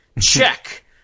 check